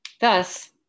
Thus